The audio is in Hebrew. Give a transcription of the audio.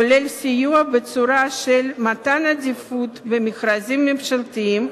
כולל סיוע בצורה של מתן עדיפות במכרזים ממשלתיים,